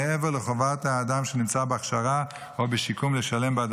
מעבר לחובת האדם שנמצא בהכשרה או בשיקום לשלם בעד